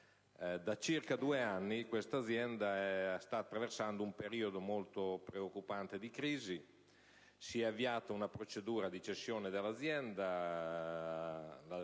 Grazie